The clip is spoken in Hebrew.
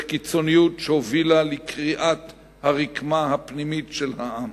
קיצוניות שהובילה לקריעת הרקמה הפנימית של העם.